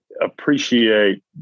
appreciate